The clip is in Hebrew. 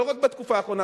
לא רק בתקופה האחרונה,